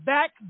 Back